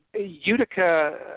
Utica